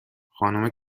خانومه